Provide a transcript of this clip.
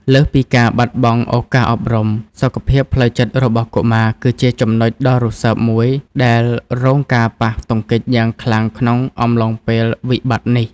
លើសពីការបាត់បង់ឱកាសអប់រំ សុខភាពផ្លូវចិត្តរបស់កុមារគឺជាចំណុចដ៏រសើបមួយដែលរងការប៉ះទង្គិចយ៉ាងខ្លាំងក្នុងអំឡុងពេលវិបត្តិនេះ។